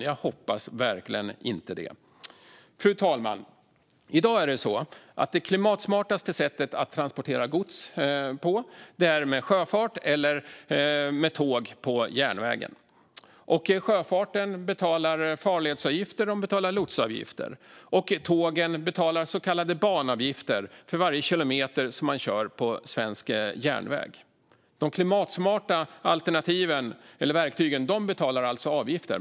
Jag hoppas verkligen inte det. Fru talman! I det är det mest klimatsmarta sättet att transportera gods sjöfart eller på järnväg. Sjöfarten betalar farledsavgifter och lotsavgifter. Tågen betalar så kallade banavgifter för varje kilometer som man kör på svensk järnväg. De klimatsmarta alternativen eller verktygen betalar alltså avgifter.